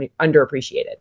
underappreciated